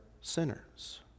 sinners